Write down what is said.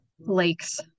lakes